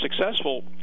successful